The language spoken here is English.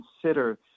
consider